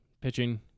pitching